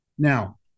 Now